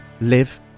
live